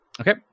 Okay